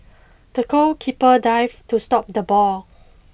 the goalkeeper dived to stop the ball